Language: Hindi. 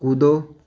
कूदो